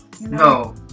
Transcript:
No